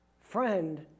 friend